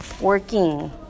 working